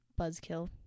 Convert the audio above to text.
Buzzkill